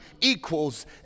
equals